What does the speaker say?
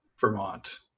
Vermont